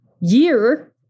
year